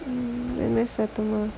இன்னும் சத்தமா:innum sathamaa